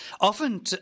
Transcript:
Often